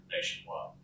nationwide